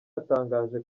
yatangaje